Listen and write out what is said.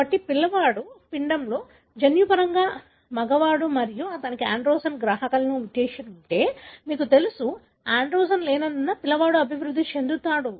కాబట్టి పిండంలో పిల్లవాడు జన్యుపరంగా మగవాడు మరియు అతనికి ఆండ్రోజెన్ గ్రాహకంలో మ్యుటేషన్ ఉంటే మీకు తెలుసు ఆండ్రోజెన్ లేనందున పిల్లవాడు అభివృద్ధి చెందుతాడు